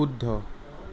শুদ্ধ